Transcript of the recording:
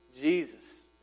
Jesus